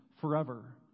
forever